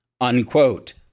unquote